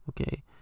Okay